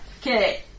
Okay